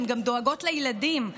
הן גם דואגות לילדים.